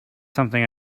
something